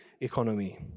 economy